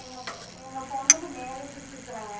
எங்கள் மெ எங்கள் பொண்ணுக்கு மேரேஜ் வச்சிருக்கறங்க